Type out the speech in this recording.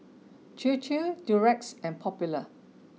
Chir Chir Durex and Popular